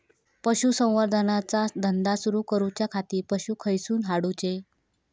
पशुसंवर्धन चा धंदा सुरू करूच्या खाती पशू खईसून हाडूचे?